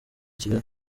kigali